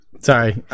Sorry